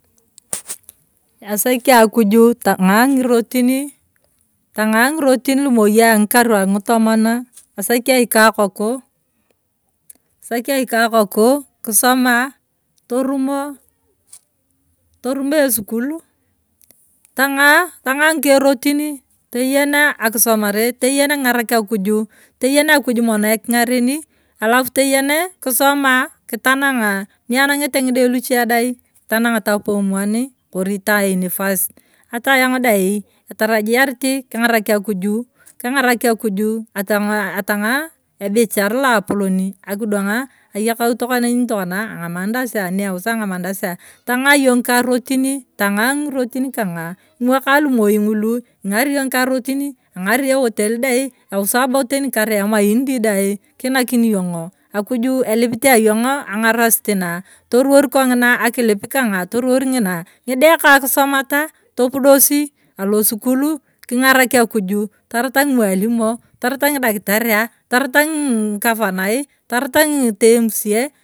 Asakia akuju tang’aa ng’irotin, tang’aa ngirotin lumoi ng’ikar alutomon, asakia ikaa koku asakia ikaa koku kisoma, torumo. torumo esukul, tang’aa tang’aa ng’ikerotini, toyen akisomare, teyen king. arak akuju, tegen akuju mono king’areni, alafu teyene kisoma kitanang’a nianang’ete ng’ide luche dai, kitanang ta pomo oni ori ta university ata ayong’o aai etarajiarit keng’araki akuju keng’araki akuju atang’aa ebirehar loapoloni akidwang ayakau nitokona ang’amandazia, niewusaya ayong ng’amandazia tang’aa yong ng’ika rotini, tang’aa ng’irotin kang’aa ng’imwaka lumoi ng’ulu, ung’ari yong ngika rotini, ang’ari ewotel, dai, ewosai bo teni karai emaindi dai kiinakini yong’o, akuju kelipiti agng’o yong’o ang’arasit na toruwar kong’ina akilip kang’a toruwar ng’ina, ng’ide kaa kisomata, topodosi alosukul kingarak akuju tarata ng’imwalimo, tarata ng’idakitaria, tairata ng’ii ng’ikavanai, tarata ng’ii ta emusie.